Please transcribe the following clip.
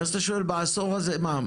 אבל בצד השני של הכביש נמצאת חממה שלנו